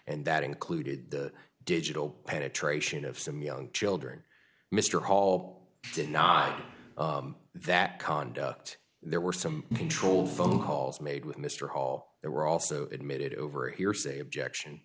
and that included the digital penetration of some young children mr hall did not that conduct there were some control phone calls made with mr hall there were also admitted over here say objection